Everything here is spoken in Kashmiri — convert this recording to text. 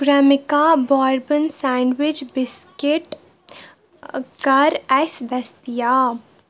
کرٛٮ۪مِکا باربن سینٛڈوِچ بِسکِٹ کر آسہِ دٔستِیاب